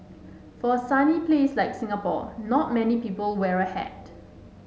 for a sunny place like Singapore not many people wear a hat